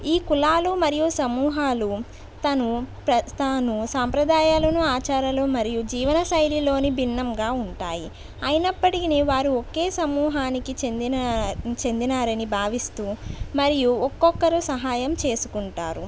ఈ కులాలు మరియు సమూహాలు తను ప్రస్తాను సాంప్రదాయాలను ఆచారాలు మరియు జీవనశైలిలోని భిన్నంగా ఉంటాయి అయినప్పటికీని వారు ఒకే సమూహానికి చెందిన చెందినారు అని భావిస్తూ మరియు ఒక్కొక్కరు సహాయం చేసుకుంటారు